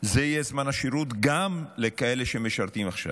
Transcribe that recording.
זה יהיה זמן השירות גם לכאלה שמשרתים עכשיו,